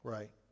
Right